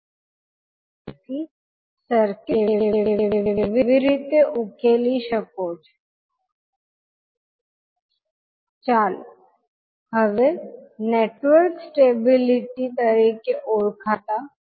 તેથી જ્યારે તમે આ બે ટર્મ્સ ને અલગ કરો ત્યારે તમે સરળતાથી કહી શકો કે uλ e t - λdλ નુ ઇન્ટિગ્રલ બીજું કંઈ નથી પણ જે આપણે પાછલા પગલામાં ગણતરી કરી તે જ છે તેથી તમે સીધી કિંમત 1 e t મૂકી શકો છો અને પછી 𝑢 𝜆 2 ફંક્શન છે હવે આપણે જાણીએ છીએ કે આનું મૂલ્ય એક હશે જ્યારે ટાઈમ t બેથી t વચ્ચે હશે તેથી આપણે ઇન્ટિગ્રલની કિંમત બે થી t સુધી બદલીશું